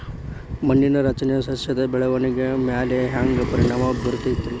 ಮಣ್ಣಿನ ರಚನೆ ಸಸ್ಯದ ಬೆಳವಣಿಗೆ ಮ್ಯಾಲೆ ಹ್ಯಾಂಗ್ ಪರಿಣಾಮ ಬೇರತೈತ್ರಿ?